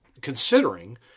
considering